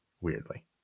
weirdly